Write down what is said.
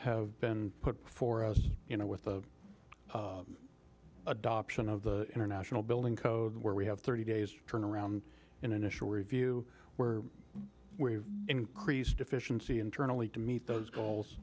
have been put before us you know with the adoption of the international building code where we have thirty days turnaround in initial review where we've increased efficiency internally to meet those goals